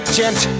gent